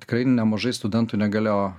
tikrai nemažai studentų negalėjo